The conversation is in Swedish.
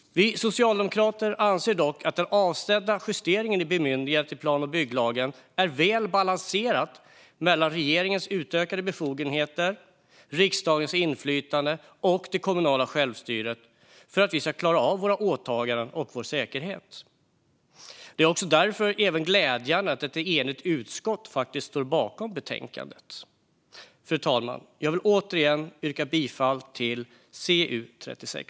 Vi socialdemokrater anser dock att den avsedda justeringen av bemyndigandet i plan och bygglagen är väl balanserad mellan regeringens utökade befogenheter, riksdagens inflytande och det kommunala självstyret. Det handlar om att vi ska klara av våra åtaganden och vår säkerhet. Det är därför även glädjande att ett enigt utskott står bakom betänkandet. Fru talman! Jag vill återigen yrka bifall till förslaget i CU36.